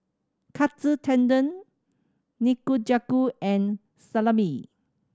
Katsu Tendon Nikujaga and Salami